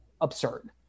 absurd